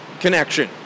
connection